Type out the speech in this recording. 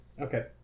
Okay